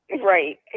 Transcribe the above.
Right